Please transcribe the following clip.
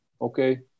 okay